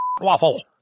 Waffle